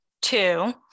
Two